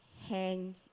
hang